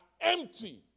empty